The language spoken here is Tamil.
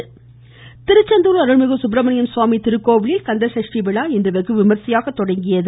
இதன் ஒருபகுதியாக திருச்செந்தூர் அருள்மிகு சுப்பிரமணிய சுவாமி திருக்கோவிலில் கந்தசஷ்டி விழா இன்று வெகு விமர்சையாக தொடங்கியது